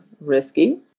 risky